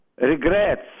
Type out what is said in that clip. regrets